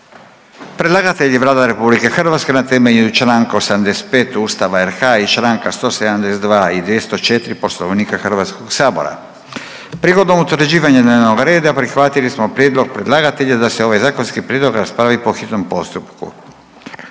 Predlagatelj je Vlada RH na temelju čl. 85. Ustava i članaka 172. i 204. poslovnika HS-a. Prigodom utvrđivanja dnevnog reda prihvatili smo prijedlog predlagatelja da se ovi zakonski prijedlozi po hitnom postupku.